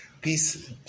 Peace